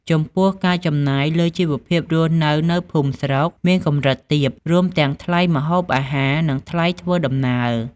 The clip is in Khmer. ចំពោះ ការចំណាយ លើជីវភាពរស់នៅនៅភូមិស្រុកមានកម្រិតទាប រួមទាំងថ្លៃម្ហូបអាហារ និងថ្លៃធ្វើដំណើរ។